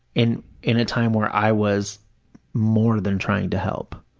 in in a time where i was more than trying to help,